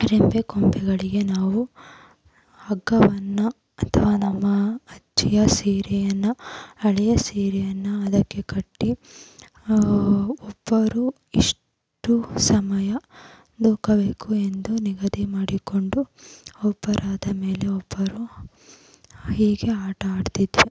ರೆಂಬೆಕೊಂಬೆಗಳಿಗೆ ನಾವು ಹಗ್ಗವನ್ನು ಅಥವಾ ನಮ್ಮ ಅಜ್ಜಿಯ ಸೀರೆಯನ್ನು ಹಳೆಯ ಸೀರೆಯನ್ನು ಅದಕ್ಕೆ ಕಟ್ಟಿ ಒಬ್ಬರು ಇಷ್ಟೂ ಸಮಯ ನೂಕಬೇಕು ಎಂದು ನಿಗದಿ ಮಾಡಿಕೊಂಡು ಒಬ್ಬರಾದ ಮೇಲೆ ಒಬ್ಬರು ಹೀಗೆ ಆಟ ಆಡ್ತಿದ್ವಿ